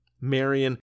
Marion